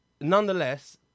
nonetheless